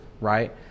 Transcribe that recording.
Right